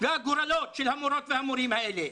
והגורלות של המורות והמורים האלה.